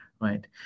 right